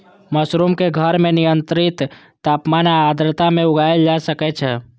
mushroom कें घर मे नियंत्रित तापमान आ आर्द्रता मे उगाएल जा सकै छै